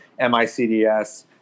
MICDS